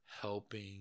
helping